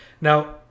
Now